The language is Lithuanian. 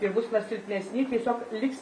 ir bus nors silpnesni tiesiog liks